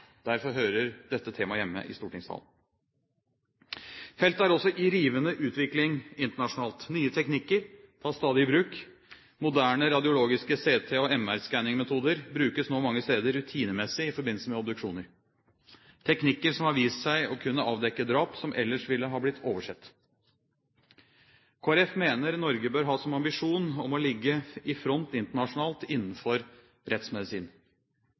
Derfor hører dette temaet hjemme i stortingssalen. Feltet er også i rivende utvikling internasjonalt. Nye teknikker tas stadig i bruk. Moderne radiologiske CT- og MR-skanningmetoder brukes nå mange steder rutinemessig i forbindelse med obduksjoner, teknikker som har vist seg å kunne avdekke drap som ellers ville ha blitt oversett. Kristelig Folkeparti mener Norge bør ha som ambisjon å ligge i front internasjonalt innenfor rettsmedisin.